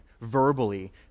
verbally